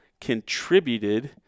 contributed